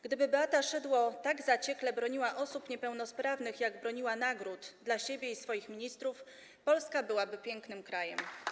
Gdyby Beata Szydło tak zaciekle broniła osób niepełnosprawnych, jak broniła nagród dla siebie i swoich ministrów, Polska byłaby pięknym krajem.